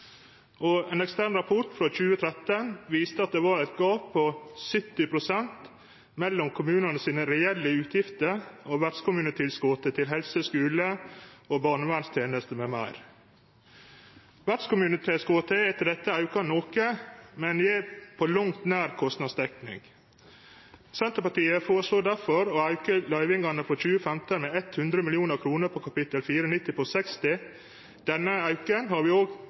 fullfinansierast. Ein ekstern rapport frå 2013 viste at det var eit gap på 70 pst. mellom kommunane sine reelle utgifter og vertskommunetilskotet til helse-, skule- og barnevernstenester m.m. Vertskommunetilskotet er etter dette auka noko, men gjev ikkje på langt nær kostnadsdekning. Senterpartiet føreslår difor å auke løyvingane for 2015 med 100 mill. kr på kapittel 490 post 60. Denne auken har vi